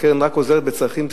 הקרן עוזרת רק בצרכים בסיסיים.